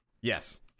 Yes